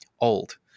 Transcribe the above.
old